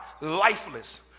lifeless